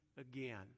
again